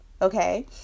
Okay